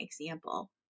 example